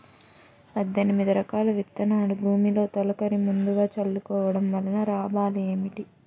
పద్దెనిమిది రకాల విత్తనాలు భూమిలో తొలకరి ముందుగా చల్లుకోవటం వలన లాభాలు ఏమిటి?